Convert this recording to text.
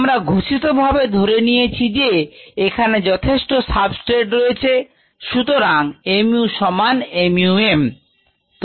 আমরাও ঘোষিত ভাবে ধরে নিয়েছি যে এখানে যথেষ্ট সাবস্ট্রেট রয়েছে সুতরাং mu সমান mu m